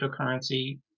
cryptocurrency